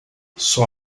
sua